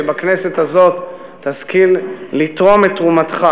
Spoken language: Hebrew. שבכנסת הזאת תשכיל לתרום את תרומתך,